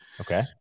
Okay